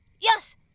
yes